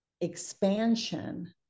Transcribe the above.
expansion